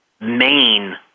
main